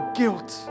guilt